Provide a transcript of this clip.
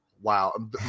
Wow